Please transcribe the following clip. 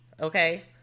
okay